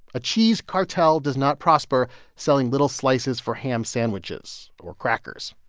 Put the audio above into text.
a cheese cartel does not prosper selling little slices for ham sandwiches or crackers.